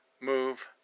move